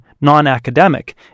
non-academic